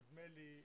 נדמה לי,